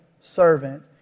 servant